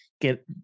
get